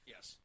Yes